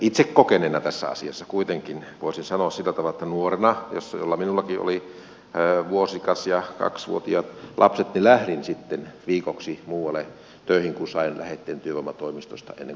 itse kokeneena tässä asiassa kuitenkin voisin sanoa sillä tavalla että nuorena jolloin minullakin oli vuosikas ja kaksivuotias lapsi lähdin sitten viikoksi muualle töihin kun sain lähetteen työvoimatoimistosta ennen kuin perustin oman yrityksen